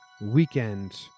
weekend